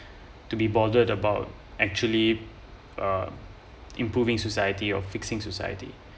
to be bothered about actually uh improving society or fixing society